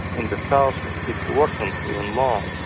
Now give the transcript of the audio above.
in the south it worsened even more.